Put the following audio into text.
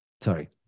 Sorry